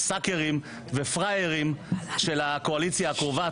"סאקרים" ופראיירים של הקואליציה הקרובה,